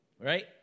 Right